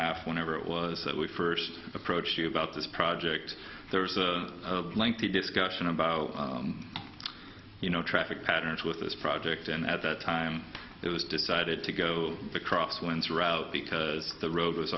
half whenever it was that we first approached you about this project there was a lengthy discussion about you know traffic patterns with this project and at that time it was decided to go across when to route because the road was